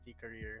career